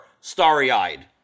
starry-eyed